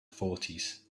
fourties